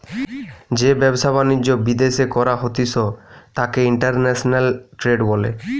যেই ব্যবসা বাণিজ্য বিদ্যাশে করা হতিস তাকে ইন্টারন্যাশনাল ট্রেড বলে